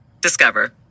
Discover